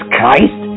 Christ